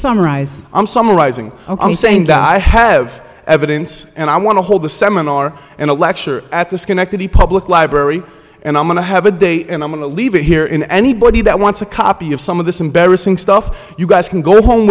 summarizing i'm saying i have evidence and i want to hold the seminar and a lecture at the schenectady public library and i'm going to have a day and i'm going to leave it here in anybody that wants a copy of some of this embarrassing stuff you guys can go home